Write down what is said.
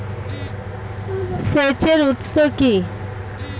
সেচের উৎস কি?